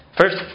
first